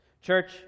Church